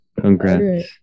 Congrats